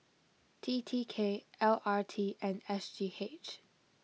T T K L R T and S G H